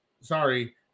Sorry